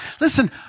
Listen